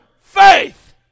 faith